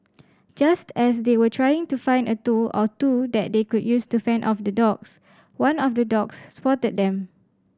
just as they were trying to find a tool or two that they could use to fend off the dogs one of the dogs spotted them